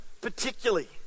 particularly